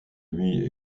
lui